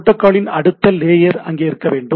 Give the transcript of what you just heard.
புரோட்டோகாலின் அடுத்த லேயர் அங்கே இருக்க வேண்டும்